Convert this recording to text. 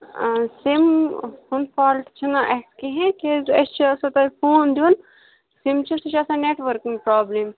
ٲں سِم ہُنٛد فالٹہٕ چھُنہٕ اسہِ کِہیٖنۍ کیازِ أسۍ چھِ آسان تۄہہِ فوٗن دیُن سِم چھِ سُہ چھُ آسان نیٚٹؤرکہِ ہُنٛد پرٛابلِم